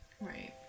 Right